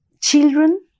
Children